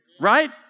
Right